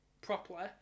properly